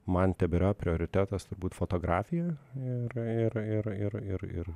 man tebėra prioritetas turbūt fotografija ir ir ir ir ir ir